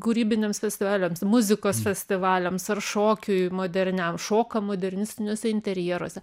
kūrybiniams festivaliams muzikos festivaliams ar šokiui moderniam šoka modernistiniuose interjeruose